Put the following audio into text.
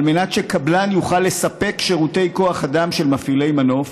על מנת שקבלן יוכל לספק שירותי כוח אדם של מפעילי מנוף,